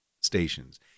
stations